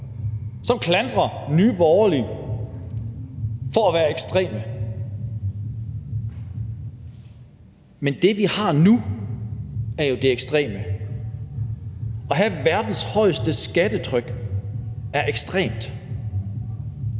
der klandrer Nye Borgerlige for at være ekstreme. Men det, vi har nu, er jo det ekstreme. At have verdens højeste skattetryk er ekstremt.